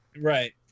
Right